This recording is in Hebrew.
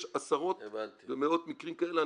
יש עשרות ומאות מקרים כאלה,